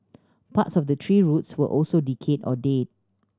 parts of the tree roots were also decayed or dead